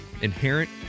Inherent